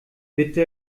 bitte